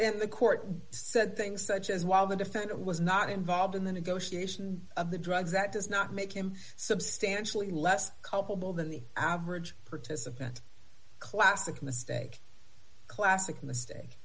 and the court said things such as while the defendant was not involved in the negotiation of the drugs that does not make him substantially less culpable than the average participant classic mistake classic mistake